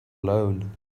alone